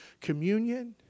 Communion